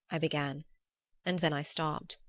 i began and then i stopped.